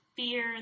fear